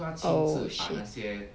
oh shit